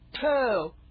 two